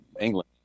England